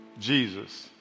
Jesus